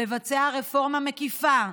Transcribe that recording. לבצע רפורמה מקיפה,